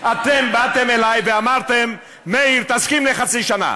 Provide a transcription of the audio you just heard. אתם באתם אלי ואמרתם: מאיר, תסכים לחצי שנה.